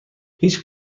هیچ